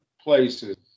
places